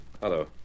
Hello